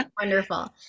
Wonderful